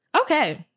Okay